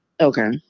Okay